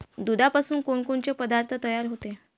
दुधापासून कोनकोनचे पदार्थ तयार होते?